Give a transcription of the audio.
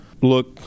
Look